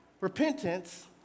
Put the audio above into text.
repentance